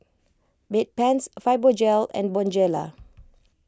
Bedpans Fibogel and Bonjela